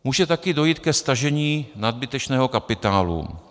Může také dojít ke stažení nadbytečného kapitálu.